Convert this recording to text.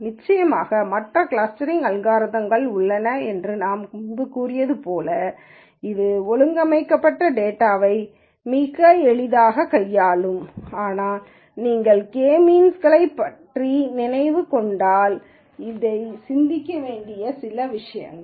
நிச்சயமாக மற்ற கிளஸ்டரிங் அல்காரிதம்கள் உள்ளன என்று நான் முன்பு கூறியது போல் இது ஒழுங்கமைக்கப்பட்ட டேட்டாவை மிக எளிதாக கையாளும் ஆனால் நீங்கள் கே மீன்ஸ் களைப் பற்றி நினைத்துக் கொண்டிருந்தால் இவை சிந்திக்க வேண்டிய சில விஷயங்கள்